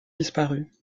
disparu